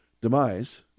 demise